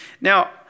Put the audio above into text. Now